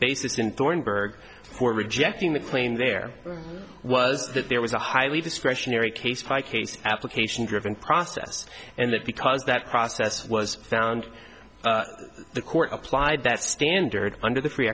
basis in thornburgh for rejecting the plain there was that there was a highly discretionary case by case application driven process and that because that process was found the court applied that standard under the free